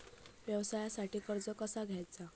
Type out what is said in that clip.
व्यवसायासाठी कर्ज कसा घ्यायचा?